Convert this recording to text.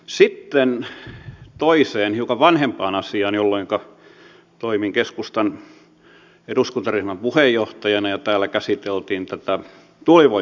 sitten toiseen hiukan vanhempaan asiaan kun toimin keskustan eduskuntaryhmän puheenjohtajana ja täällä käsiteltiin tuulivoima asiaa